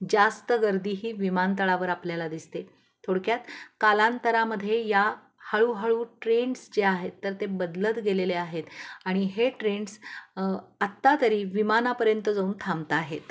जास्त गर्दी ही विमानतळावर आपल्याला दिसते थोडक्यात कालांतरामध्ये या हळूहळू ट्रेंड्स जे आहेत तर ते बदलत गेलेले आहेत आणि हे ट्रेंड्स आत्ता तरी विमानापर्यंत जाऊन थांबता आहेत